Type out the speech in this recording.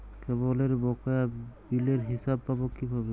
কেবলের বকেয়া বিলের হিসাব পাব কিভাবে?